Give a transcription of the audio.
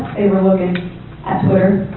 were looking at twitter.